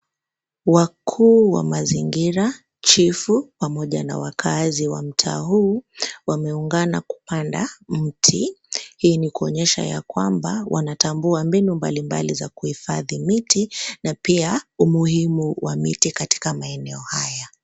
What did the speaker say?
Wakuu wa mazingira, chifu pamoja na wakaazi wa mtaa huu wameungana kupanda miti. Hii ni kuonyesha kwamba wanatambua mbinu mbali mbali za kuhifadhi miti na pia umuhimu wa miti katika maeneo haya.